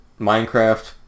Minecraft